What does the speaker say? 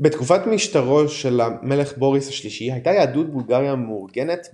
בתקופת משטרו של המלך בוריס השלישי הייתה יהדות בולגריה מאורגנת,